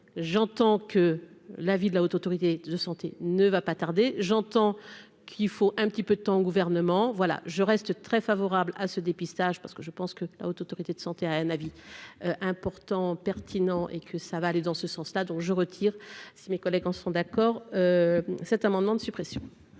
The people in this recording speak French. j'entends que l'avis de la Haute autorité de santé ne va pas tarder, j'entends qu'il faut un petit peu de temps au gouvernement, voilà, je reste très favorables à ce dépistage parce que je pense que la Haute autorité de santé, a un avis important pertinent et que ça va aller dans ce sens-là dont je retire si mes collègues en sont d'accord, cet amendement de suppression.